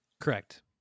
Correct